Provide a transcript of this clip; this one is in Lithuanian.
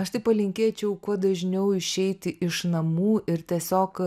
aš tai palinkėčiau kuo dažniau išeiti iš namų ir tiesiog